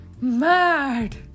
Mad